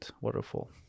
waterfall